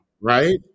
right